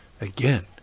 again